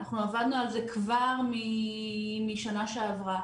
אנחנו עבדנו על זה כבר משנה שעברה.